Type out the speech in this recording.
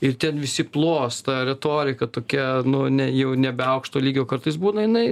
ir ten visi plos ta retorika tokia nu ne jau nebe aukšto lygio kartais būna jinai